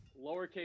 lowercase